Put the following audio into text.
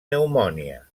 pneumònia